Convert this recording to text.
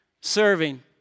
Serving